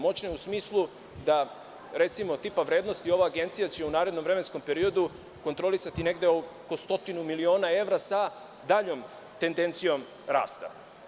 Moćne u smislu, recimo tipa vrednosti, ova agencija će u narednom vremenskom periodu kontrolisati negde oko 100 miliona evra sa daljom tendencijom rasta.